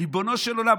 ריבונו של עולם.